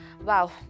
Wow